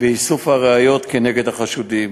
ואיסוף ראיות כנגד החשודים.